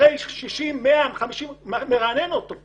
אחרי 60 קילומטר אתה מרענן אותו.